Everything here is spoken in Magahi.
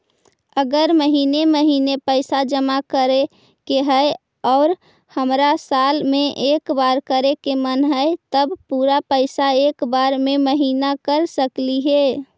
अगर महिने महिने पैसा जमा करे के है और हमरा साल में एक बार करे के मन हैं तब पुरा पैसा एक बार में महिना कर सकली हे?